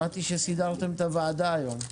שמעתי שסידרתם את הוועדה היום.